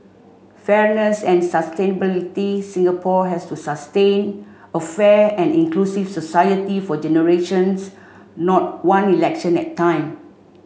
fairness and sustainability Singapore has to sustain a fair and inclusive society for generations not one election at time